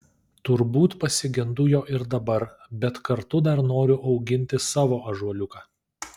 turbūt pasigendu jo ir dabar bet kartu dar noriu auginti savo ąžuoliuką